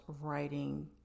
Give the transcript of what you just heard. writing